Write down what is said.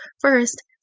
First